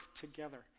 together